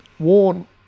Warn